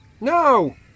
No